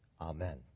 Amen